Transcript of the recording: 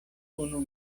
unu